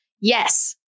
Yes